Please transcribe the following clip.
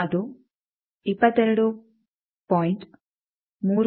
ಅದು 22